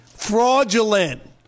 fraudulent